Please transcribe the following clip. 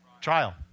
Trial